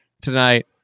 tonight